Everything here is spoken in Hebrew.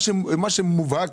מה שמובהק,